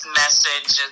message